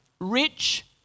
rich